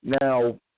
Now